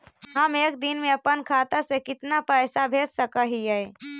हम एक दिन में अपन खाता से कितना पैसा भेज सक हिय?